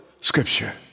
scripture